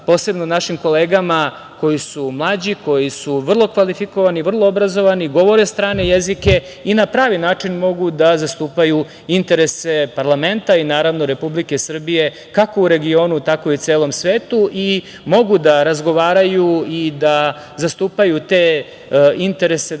posebno našim kolegama koji su mlađi, koji su vrlo kvalifikovani, vrlo obrazovani, govore strane jezike i na pravi način mogu da zastupaju interese parlamenta i Republike Srbije, kako u regionu, tako i u celom svetu i mogu da razgovaraju i da zastupaju te interese